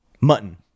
mutton